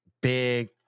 big